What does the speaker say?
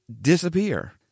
disappear